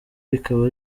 bikaba